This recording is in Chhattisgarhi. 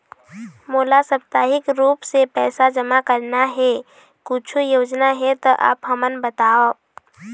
मोला साप्ताहिक रूप से पैसा जमा करना हे, कुछू योजना हे त आप हमन बताव?